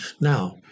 Now